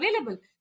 available